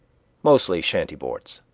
mostly shanty boards.